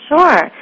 Sure